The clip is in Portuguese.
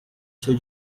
seu